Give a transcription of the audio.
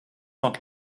not